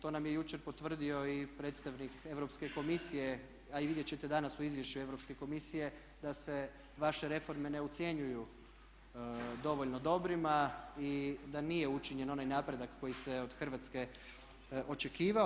To nam je jučer potvrdio i predstavnik Europske komisije, a vidjet ćete danas u izvješću Europske komisije, da se vaše reforme ne ocjenjuju dovoljno dobrima i da nije učinjen onaj napredak koji se od Hrvatske očekivao.